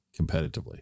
competitively